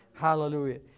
Hallelujah